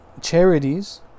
charities